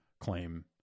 claim